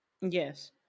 Yes